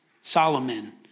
Solomon